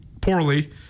poorly